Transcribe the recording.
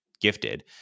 gifted